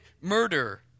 murder